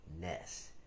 Ness